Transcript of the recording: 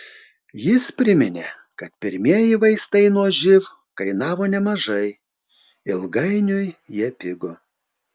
jis priminė kad pirmieji vaistai nuo živ kainavo nemažai ilgainiui jie pigo